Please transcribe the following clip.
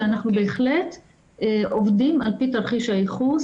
שאנחנו בהחלט עובדים על פי תרחיש הייחוס,